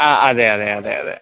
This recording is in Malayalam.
ആ അതേ അതേ അതേ അതേ